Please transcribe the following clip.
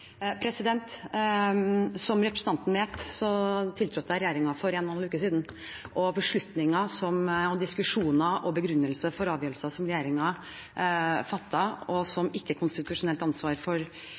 Som representanten vet, tiltrådte jeg regjeringen for én og en halv uke siden, og når det gjelder beslutninger, diskusjoner og begrunnelser for avgjørelser som regjeringen har fattet, og som